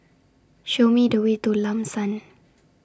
Show Me The Way to Lam San